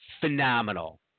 phenomenal